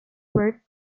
work